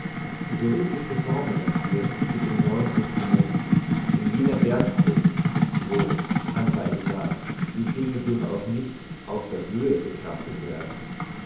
die berühmteste formel dafür steht im neuen testament in jener bergpredigt wo anbei gesagt die dinge durchaus nicht aus der höhe betrachtet werden